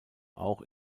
auch